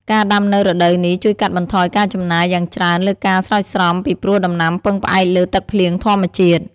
ការដាំនៅរដូវនេះជួយកាត់បន្ថយការចំណាយយ៉ាងច្រើនលើការស្រោចស្រព ពីព្រោះដំណាំពឹងផ្អែកលើ ទឹកភ្លៀងធម្មជាតិ។